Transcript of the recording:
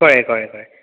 कळें कळें कळें